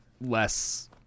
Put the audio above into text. less